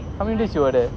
how many days you order